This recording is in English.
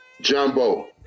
Jumbo